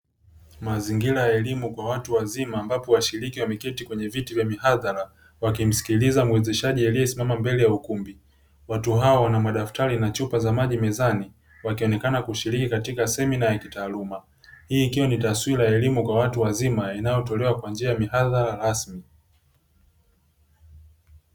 Mazingira ya elimu kwa watu wazima ambapo washiriki wameketi kwenye viti vya mihadhara; wakimsikiliza muwezeshaji aliyesimama mbele ya ukumbi. Watu hawa wana madaftari na chupa za maji mezani, wakionekana kushiriki katika semina ya kitaaluma. Hii ikiwa ni taswira ya elimu kwa watu wazima, inayotolewa kwa njia ya mihadhara rasmi.